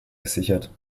gesichert